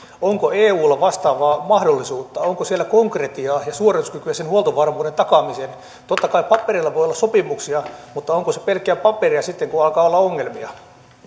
onko eulla vastaavaa mahdollisuutta onko siellä konkretiaa ja suorituskykyä sen huoltovarmuuden takaamiselle totta kai paperilla voi olla sopimuksia mutta ovatko ne pelkkää paperia sitten kun alkaa olla ongelmia